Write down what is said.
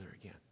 again